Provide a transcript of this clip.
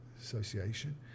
Association